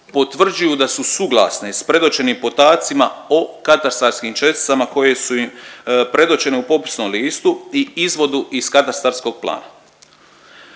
potvrđuju da su suglasne s predočenim podacima o katastarskim česticama koje su im predočene u popisnom listu i izvodu iz katastarskog plana.